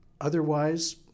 otherwise